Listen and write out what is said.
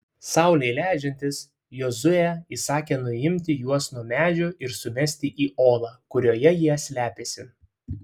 saulei leidžiantis jozuė įsakė nuimti juos nuo medžių ir sumesti į olą kurioje jie slėpėsi